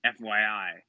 FYI